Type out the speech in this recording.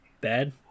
bad